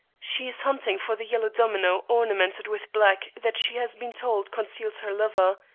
she is hunting for the yellow domino ornamented with black that she has been told conceals her lover.